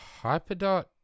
HyperDot